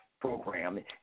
program